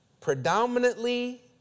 Predominantly